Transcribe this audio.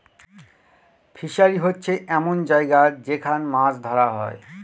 fishery হচ্ছে এমন জায়গা যেখান মাছ ধরা হয়